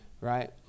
right